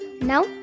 now